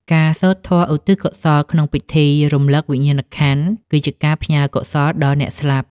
ការសូត្រធម៌ឧទ្ទិសកុសលក្នុងពិធីរំលឹកវិញ្ញាណក្ខន្ធ គឺជាការផ្ញើកុសលដល់អ្នកស្លាប់។